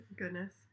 Goodness